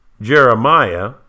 Jeremiah